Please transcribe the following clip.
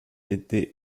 était